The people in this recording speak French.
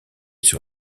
sur